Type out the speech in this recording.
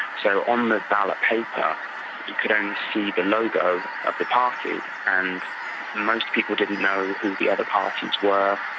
so on the ballot paper you could only see the logo of of the party, and most people didn't know who the other parties were,